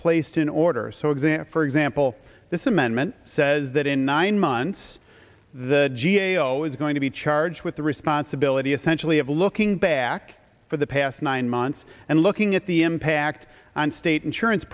placed in order so exam for example this amendment says that in nine months the g a o is going to be charged with the responsibility essentially of looking back for the past nine months and looking at the impact on state insurance